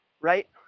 right